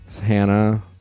Hannah